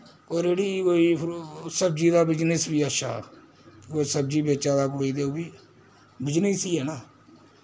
ओ रेडी कोई फ्रूट सब्जी दा बिजनेस बी अच्छा कोई सब्जी बेचा दा कोई ते ओह् बी बिजनेस ही ऐ ना